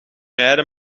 rijden